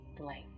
blank